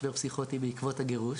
משבר פסיכוטי בעקבות הגירוש,